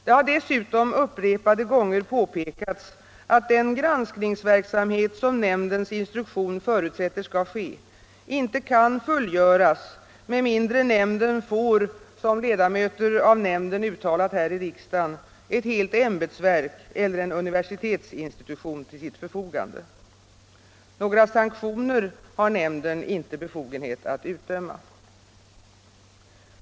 Det har dessutom upprepade gånger påpekats att den granskningsverksamhet som nämndens instruktion förutsätter skall ske inte kan fullgöras med mindre nämnden får, som ledamöter av nämnden uttalat här i riks dagen, ett helt ämbetsverk eller en universitetsinstitution till sitt förfogande. Några sanktioner har nämnden inte befogenhet att utdöma.